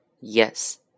Yes